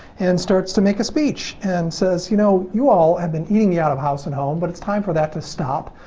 and starts to make a speech. and says, you know, you all have been eating me out of house and home, but it's time for that to stop.